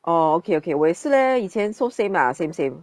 oh okay okay 我也是 leh 以前 so same lah same same